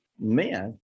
men